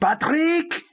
Patrick